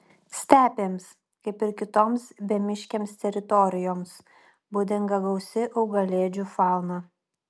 stepėms kaip ir kitoms bemiškėms teritorijoms būdinga gausi augalėdžių fauna